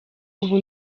ubu